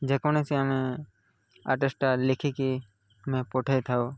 ଯେକୌଣସି ଆମେ ଆଡ଼୍ରେସ୍ଟା ଲେଖିକି ଆମେ ପଠାଇଥାଉ